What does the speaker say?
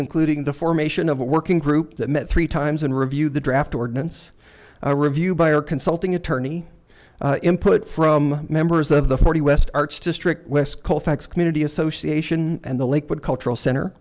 including the formation of a working group that met three times and reviewed the draft ordinance reviewed by a consulting attorney input from members of the forty west arts district west cold facts community association and the lakewood cultural center